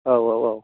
औ औ औ